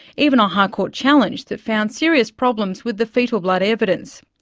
even a high court challenge that found serious problems with the foetal blood evidence.